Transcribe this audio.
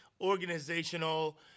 organizational